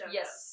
Yes